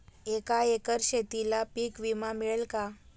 एका एकर शेतीला पीक विमा मिळेल का?